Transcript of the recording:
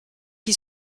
qui